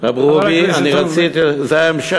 חבר הכנסת רובי.